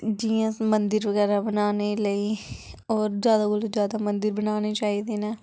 जि'यां मंदर बगैरा बनाने लेई होर जैदा कोलूं जैदा मंदर बनाने चाहिदे न